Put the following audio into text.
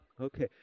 Okay